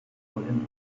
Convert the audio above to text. wollen